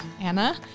Anna